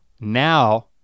now